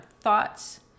thoughts